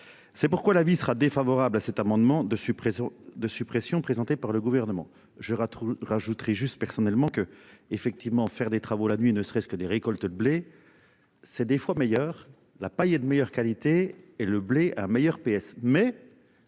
C'est pourquoi l'avis sera défavorable à cet amendement de suppression de suppression présentée par le gouvernement. Je rajouterais juste personnellement que, effectivement, faire des travaux, la nuit, ne serait-ce que des récoltes de blé. C'est des fois meilleur la paille et de meilleure qualité et le blé à meilleur PS